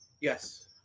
Yes